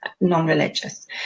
non-religious